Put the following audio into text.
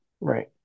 right